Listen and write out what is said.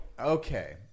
Okay